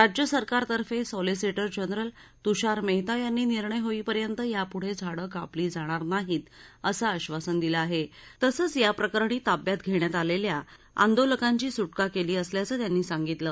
राज्य सरकारतर्फे solicitor general Tushar Mehta यांनी निर्णय होईपर्यंत यापुढे झाडं कापली जाणार नाहीत असं आधासन दिलं आहे तसंच याप्रकरणी ताब्यात घेण्यात आलेल्या आंदोलकर्त्यांची सुटका केली असल्याचं त्यांनी सांगितलं